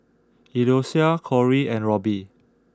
Eloisa Cory and Robby